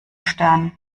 stern